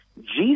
Jesus